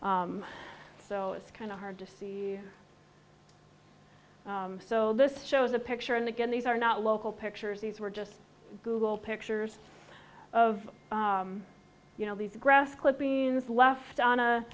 up so it's kind of hard to see so this shows a picture and again these are not local pictures these were just google pictures of you know these grass clippings left on a